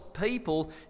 people